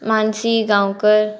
Mansi Gaonkar